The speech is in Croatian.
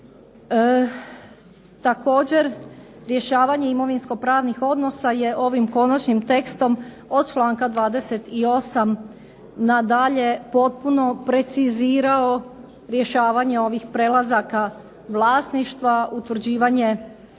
Također rješavanje imovinsko pravnih odnosa je ovim Konačnim tekstom od članka 28 na dalje potpuno precizirao rješavanje ovih prelazaka vlasništva, utvrđivanje